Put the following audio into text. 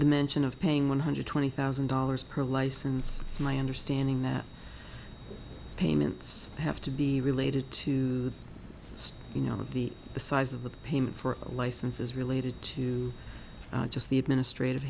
the mention of paying one hundred twenty thousand dollars per license it's my understanding that payments have to be related to you know the size of the payment for licenses related to just the administrative